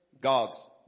God's